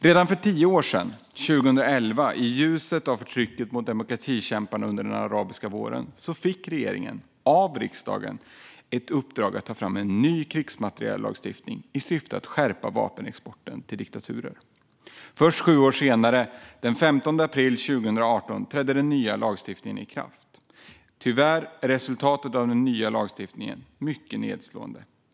Redan för tio år sedan, 2011, i ljuset av förtrycket mot demokratikämparna under den arabiska våren, fick regeringen av riksdagen ett uppdrag att ta fram en ny krigsmateriellagstiftning i syfte att skärpa reglerna mot vapenexporten till diktaturer. Först sju år senare, den 15 april 2018, trädde den nya lagstiftningen i kraft. Tyvärr är resultatet av den nya lagstiftningen mycket nedslående.